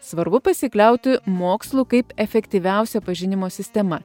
svarbu pasikliauti mokslu kaip efektyviausia pažinimo sistema